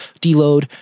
deload